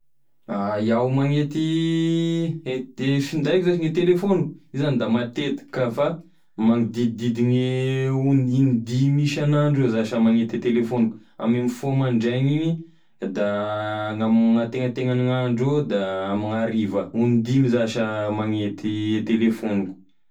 Iaho magnety findaiko zash gne telefoniko io zany da matetiky ka fa magnodididigne on- indimy isan'andro eo zash aho magnety e telefoniko, ame mifoha mandraigna igny, da agn'amin'antenantenagn'andro eo da amign'hariva, ondimy zash aho magnety e telefoniko.